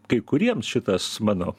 kai kuriems šitas mano